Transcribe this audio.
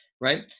right